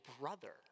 brother